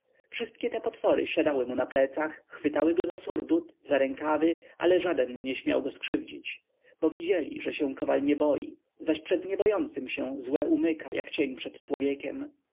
wszystkie te potwory siadały mu na plecach chwytały go za surdut za rękawy ale żaden nie śmiał go skrzywdzić bo widzieli że się kowal nie boi zaś przed niebojącym się złe umyka jak cień przed człowiekiem